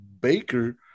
Baker